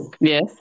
Yes